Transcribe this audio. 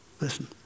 listen